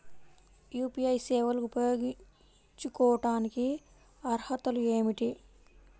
UPI సేవలు ఉపయోగించుకోటానికి అర్హతలు ఏమిటీ?